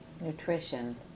Nutrition